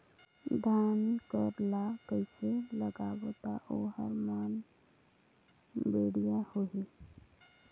धान कर ला कइसे लगाबो ता ओहार मान बेडिया होही?